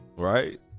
right